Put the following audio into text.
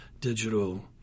digital